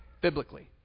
biblically